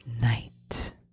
night